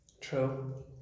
True